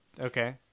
Okay